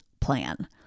plan